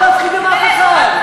לא מפחידים אף אחד.